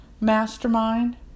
Mastermind